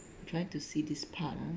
try to see this part ah